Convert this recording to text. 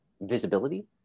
visibility